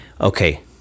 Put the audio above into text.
okay